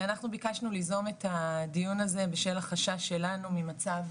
אנחנו ביקשנו ליזום את הדיון הזה בשל חשש שלנו ממצב